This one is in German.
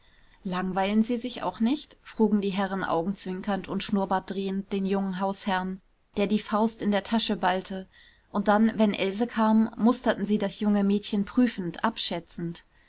langweilen sie sich auch nicht frugen die herren augenzwinkernd und schnurrbartdrehend den jungen hausherrn der die faust in der tasche ballte und dann wenn else kam musterten sie das junge mädchen prüfend abschätzend